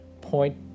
point